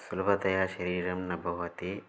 सुलभतया शरीरं न भवति